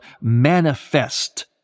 manifest